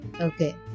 Okay